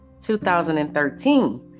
2013